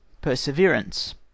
Perseverance